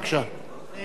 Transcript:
אי-הסכמה.